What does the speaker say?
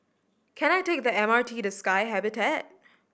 can I take the M R T to Sky Habitat